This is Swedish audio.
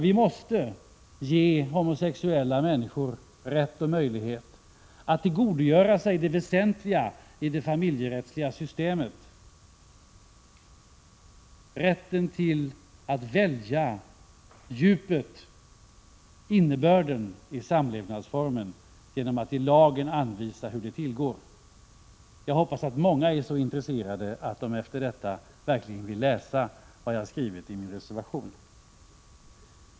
Vi måste ge homosexuella människor rätt och möjlighet att tillgodogöra sig det väsentliga i det familjerättsliga systemet — rätten till att välja djupet och innebörden i samlevnadsformen — genom att i lagen anvisa hur det går till. Jag hoppas att många är så intresserade att de efter detta verkligen vill läsa vad jag skrivit i reservation.